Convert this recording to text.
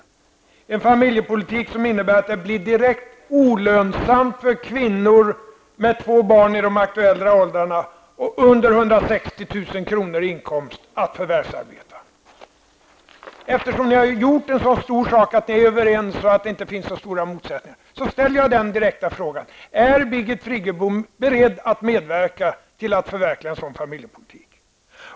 Det är en familjepolitik som innebär att det blir direkt olönsamt för kvinnor med två barn i de aktuella åldrarna och med en inkomst under 160 000 kr. att förvärvsarbeta. Ni har ju gjort en så stor sak av att ni är överens och att det inte finns så stora motsättningar. Jag ställer därför den direkta frågan: Är Birgit Friggebo beredd att medverka till att förverkliga en sådan familjepolitik?